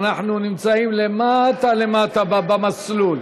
אנחנו נמצאים למטה למטה במסלול.